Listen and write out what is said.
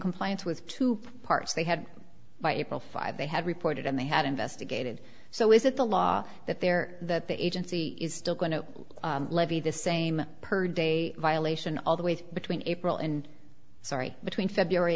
compliance with two parts they had by april five they had reported and they had investigated so is it the law that there that the agency is still going to levy the same per day violation all the way between april and sorry between february